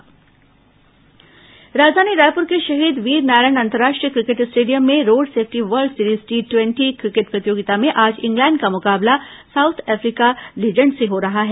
road safety cricket tournament राजधानी रायपुर के शहीद वीरनारायण अंतर्राष्ट्रीय क्रिकेट स्टेडियम में road safety world series T ट्वेटी क्रिकेट प्रतियोगिता में आज इंग्लैण्ड का मुकाबला साउथ अफ्रीका लीजेंडस से हो रहा है